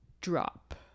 drop